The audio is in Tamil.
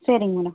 சரிங்க மேடம்